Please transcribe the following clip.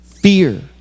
Fear